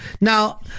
now